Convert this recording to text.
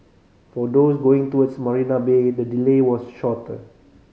for those going towards Marina Bay the delay was shorter